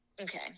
okay